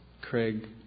Craig